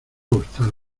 gustar